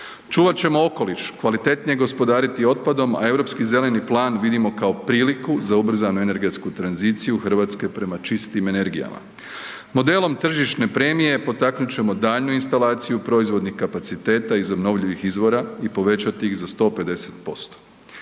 Čuvat ćemo okoliš, kvalitetnije gospodariti otpadom, a Europski zeleni plan vidimo kao priliku za ubrzanu energetsku tranziciju Hrvatske prema čistim energijama. Modelom tržišne premije potaknut ćemo daljnju instalaciju proizvodnih kapaciteta iz obnovljivih izvora i povećati iz za 150%.